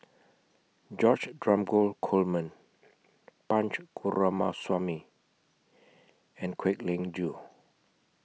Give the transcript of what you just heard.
George Dromgold Coleman Punch Coomaraswamy and Kwek Leng Joo